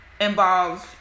involves